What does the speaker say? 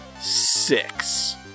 six